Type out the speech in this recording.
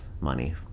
money